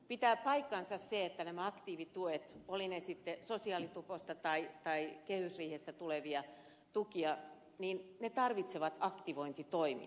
pitää paikkansa se että nämä aktiivituet olivat ne sitten sosiaalituposta tai kehysriihestä tulevia tukia tarvitsevat aktivointitoimia